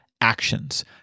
Actions